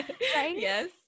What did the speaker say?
Yes